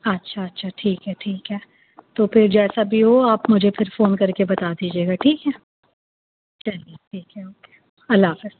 اچھا اچھا ٹھیک ہے ٹھیک ہے تو پھر جیسا بھی ہو آپ مجھے پھر فون کر کے بتا دیجیے گا ٹھیک ہے چلیے ٹھیک ہے اوکے اللہ حافظ